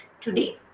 today